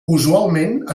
usualment